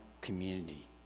community